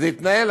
זה התנהל,